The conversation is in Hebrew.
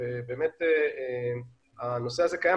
ובאמת הנושא הזה קיים.